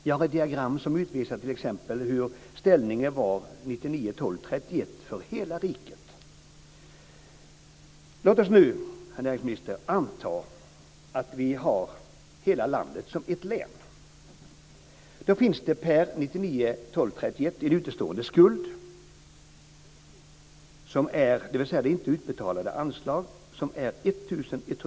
Jag har ett diagram som utvisar t.ex. hur ställningen var den 31 december Låt oss nu, herr näringsminister, anta att vi betraktar hela landet som ett län.